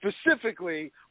specifically